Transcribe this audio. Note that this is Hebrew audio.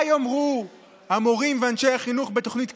מה יאמרו המורים ואנשי חינוך בתוכניות קרב,